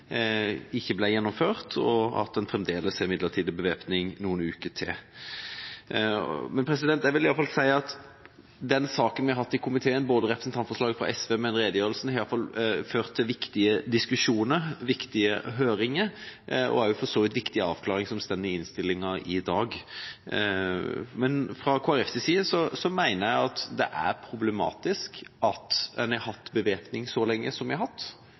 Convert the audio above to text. ikke ble gjennomført, og at en fremdeles har midlertidig bevæpning i noen uker til. Jeg vil iallfall si at de sakene som vi har hatt i komiteen, både representantforslaget fra SV og redegjørelsen, har ført til viktige diskusjoner og viktige høringer – og for så vidt også viktige avklaringer som står i innstillinga i dag. Fra Kristelig Folkepartis side mener jeg at det er problematisk at vi har hatt bevæpning så lenge som vi har hatt.